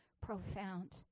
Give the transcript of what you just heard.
profound